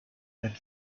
and